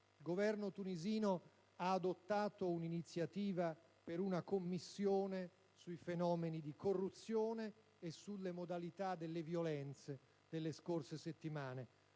Il Governo tunisino ha adottato un'iniziativa per istituire una commissione sui fenomeni di corruzione e sulle modalità delle violenze delle scorse settimane: